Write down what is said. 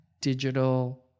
digital